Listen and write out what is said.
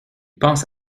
pense